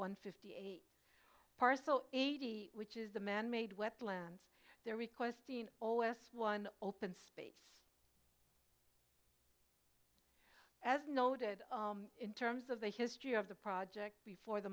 one fifty eight parcel eighty which is the manmade wetlands there requesting one open space as noted in terms of the history of the project before